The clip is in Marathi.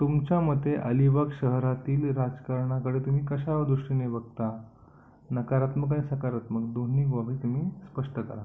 तुमच्या मते अलीबाग शहरातील राजकारणाकडे तुम्ही कशा दृष्टीने बघता नकारात्मक आणि सकारात्मक दोन्ही बाबी तुम्ही स्पष्ट करा